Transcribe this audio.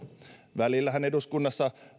välillähän eduskunnassa